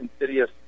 insidious